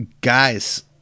guys